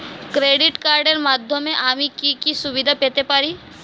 Credit কার্ডের মাধ্যমে আমি কি কি সুবিধা পেতে পারি?